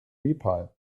nepal